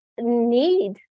need